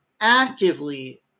actively